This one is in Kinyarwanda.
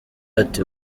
ati